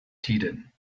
tiden